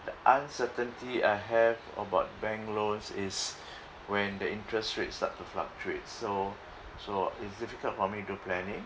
the uncertainty I have about bank loans is when the interest rates start to fluctuate so so is difficult for me do planning